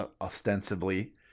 ostensibly